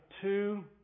two